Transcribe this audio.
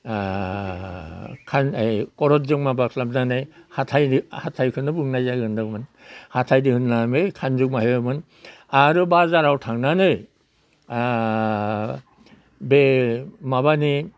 खरदजों माबा खालामनानै हाथाय हाथायखौनो बुंनाय जादोंमोन हाथाय दोङो होननानै खानजं बाहायोमोन आरो बाजाराव थांनानै बे माबानि